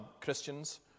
Christians